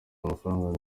amafaranga